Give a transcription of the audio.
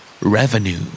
Revenue